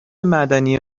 معدنی